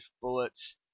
bullets